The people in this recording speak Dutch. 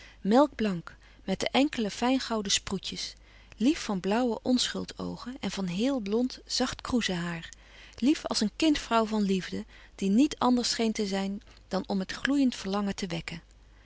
melkblank met de enkele fijngouden sproetjes lief van blauwe onschuld oogen en van heel blond zacht kroeze haar lief als een kind vrouw van liefde die niet anders scheen te zijn dan om het gloeiend verlangen te wekken